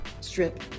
Strip